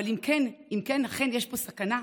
אבל אם אכן יש פה סכנה,